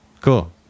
cool